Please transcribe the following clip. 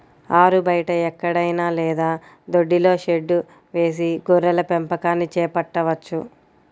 ఆరుబయట ఎక్కడైనా లేదా దొడ్డిలో షెడ్డు వేసి గొర్రెల పెంపకాన్ని చేపట్టవచ్చు